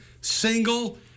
single